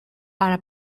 para